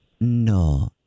No